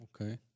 Okay